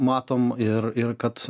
matom ir ir kad